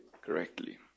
correctly